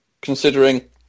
considering